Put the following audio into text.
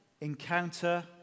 encounter